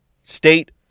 state